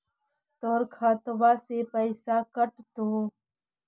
तोर खतबा से पैसा कटतो?